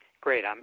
great